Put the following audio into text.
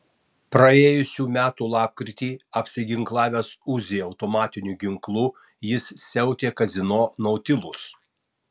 praėjusių metų lapkritį apsiginklavęs uzi automatiniu ginklu jis siautė kazino nautilus